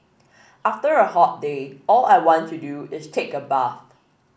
after a hot day all I want to do is take a bath